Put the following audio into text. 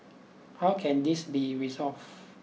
how can this be resolved